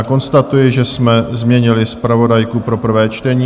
Konstatuji, že jsme změnili zpravodajku pro prvé čtení.